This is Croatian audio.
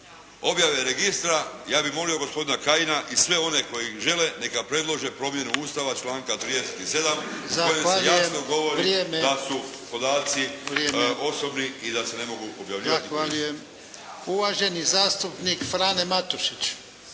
objave registra, ja bih molio gospodina Kajina i sve oni koji žele neka predlože promjene Ustava članka 37. u kojem se jasno govori da su podaci osobni i da se ne mogu objavljivati. **Jarnjak, Ivan (HDZ)**